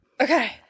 Okay